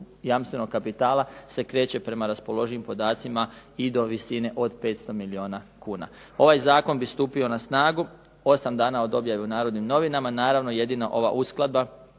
jamstvenog kapitala, se kreće prema raspoloživim podacima i do visine od 500 milijuna kuna. Ovaj zakon bi stupio na snagu 8 dana od objave u "Narodnim novinama". Naravno, jedino ova uskladba